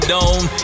Dome